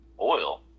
oil